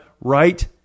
Right